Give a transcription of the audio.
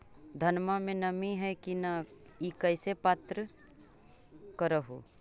धनमा मे नमी है की न ई कैसे पात्र कर हू?